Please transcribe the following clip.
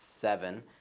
seven